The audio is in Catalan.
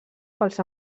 pels